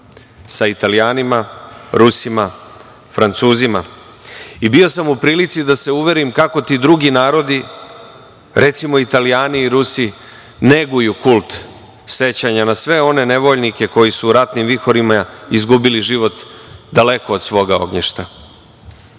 sa Italijanima, Rusima, Francuzima. Bio sam u prilici da se uverim kako ti drugi narodi, recimo Italijani i Rusi, neguju kult sećanja na sve one nevoljnike koji su u ratnim vihorima izgubili život daleko od svoga ognjišta. Srbija